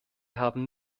haben